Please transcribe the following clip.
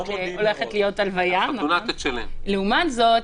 לעומת זאת,